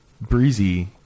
Breezy